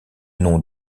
nom